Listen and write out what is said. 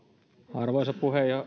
arvoisa